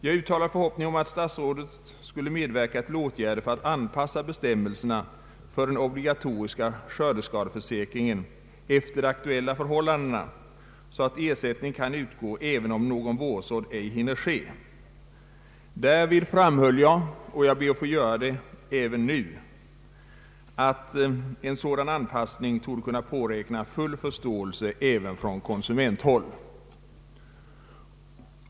Jag uttalade förhoppningen om att statsrådet skulle medverka till åtgärder för att anpassa bestämmelserna för den obligatoriska skördeskadeförsäkringen efter de aktuella förhållandena, så att ersättning kan utgå även om någon vårsådd ej kan ske. Därvid framhöll jag — och jag ber att få göra det även nu — att en sådan anpassning av gällande bestämmelser torde kunna påräkna full förståelse även från konsumenthåll.